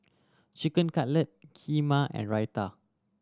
Chicken Cutlet Kheema and Raita